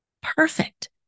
Perfect